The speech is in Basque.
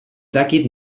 dakit